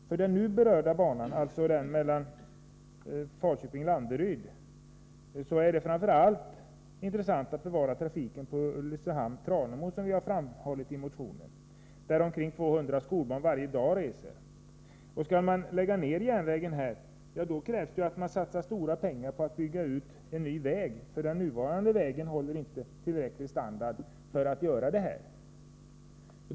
För den nu berörda banan — mellan Falköping och Landeryd — är det framför allt intressant att bevara trafiken på sträckan Ulricehamn-Tranemo, vilket vi har framhållit i motionen. Där reser omkring 200 skolbarn varje dag. Skall man lägga ned järnvägen här krävs det att man satsar stora pengar på att bygga ut en ny landsväg, för den nuvarande vägen håller inte tillräcklig standard för att klara denna trafik.